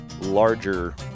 larger